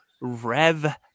rev